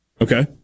Okay